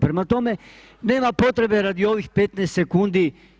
Prema tome, nema potrebe radi ovih 15 sekundi.